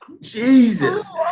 Jesus